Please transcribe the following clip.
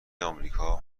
آمریکا